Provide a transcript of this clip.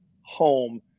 home